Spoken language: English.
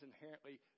inherently